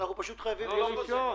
אנחנו פשוט חייבים לזוז.